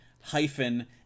hyphen